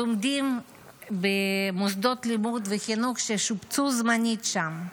לומדים במוסדות לימוד וחינוך ששופצו זמנית שם.